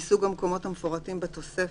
מסוג המקומות המפורטים בתוספת,